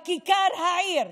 בכיכר העיר,